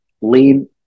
lean